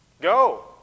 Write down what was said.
Go